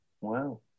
Wow